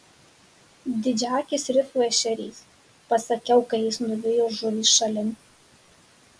didžiaakis rifų ešerys pasakiau kai jis nuvijo žuvį šalin